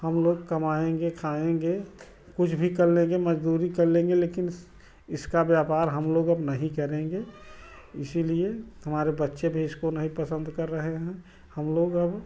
हम लोग कमाएँगे खाएँगे कुछ भी कर लेंगे मजदूरी कर लेंगे लेकिन इस इसका व्यापार हम लोग अब नहीं करेंगे इसीलिए हमारे बच्चे भी इसको नहीं पसंद कर रहे हैं हम लोग अब